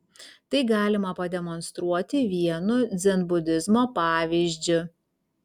tai galima pademonstruoti vienu dzenbudizmo pavyzdžiu